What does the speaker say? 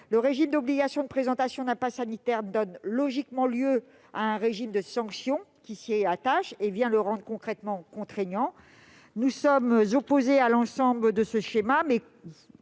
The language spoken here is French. Le régime d'obligation de présentation d'un passe sanitaire donne logiquement lieu à un régime de sanctions qui s'y attache et vient le rendre concrètement contraignant. Nous sommes opposés à l'ensemble de ce schéma, mais